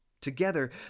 Together